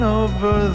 over